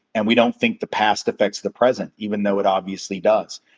and we don't think the past affects the present, even though it obviously does.